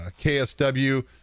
KSW